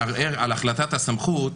על החלטת הסמכות,